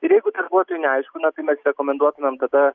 ir jeigu buvo tai neaišku na tai mes rekomenduotumėm tada